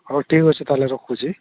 ହଉ ଠିକ୍ ଅଛି ତା'ହେଲେ ରଖୁଛି